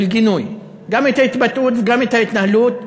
גינוי גם את ההתבטאות וגם את ההתנהלות.